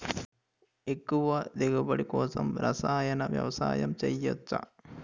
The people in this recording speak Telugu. ఎక్కువ దిగుబడి కోసం రసాయన వ్యవసాయం చేయచ్చ?